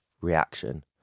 reaction